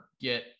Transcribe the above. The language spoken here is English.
get